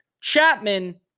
Chapman